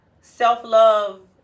self-love